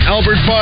Albert